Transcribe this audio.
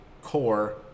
Core